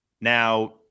now